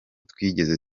twigeze